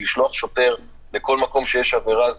לשלוח שוטר לכל מקום שיש עבירה,